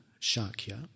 Shakya